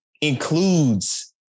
includes